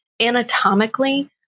anatomically